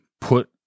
put